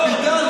אבידר,